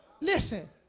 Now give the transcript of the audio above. Listen